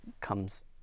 comes